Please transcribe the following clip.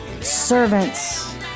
servants